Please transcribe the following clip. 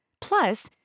Plus